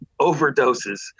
overdoses